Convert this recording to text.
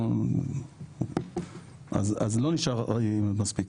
אז לא נשאר מספיק.